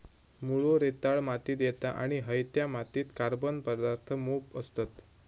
मुळो रेताळ मातीत येता आणि हयत्या मातीत कार्बन पदार्थ मोप असतत